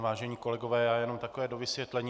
Vážení kolegové, já jen takové dovysvětlení.